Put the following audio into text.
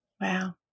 Wow